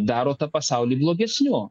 daro tą pasaulį blogesniu